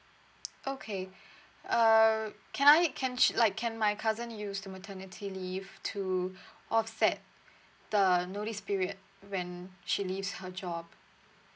okay err can I can like can my cousin use the maternity leave to offset the notice period when she leaves her job